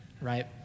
Right